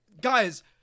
guys